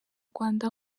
rwanda